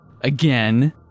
again